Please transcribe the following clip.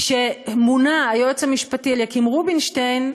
כשמונה היועץ המשפטי אליקים רובינשטיין,